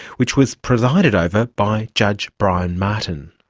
which was presided over by judge brian martin.